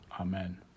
Amen